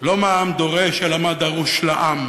לא מה העם דורש, אלא מה דרוש לעם,